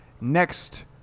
Next